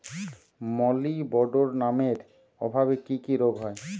মলিবডোনামের অভাবে কি কি রোগ হয়?